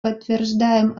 подтверждаем